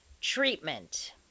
treatment